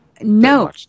No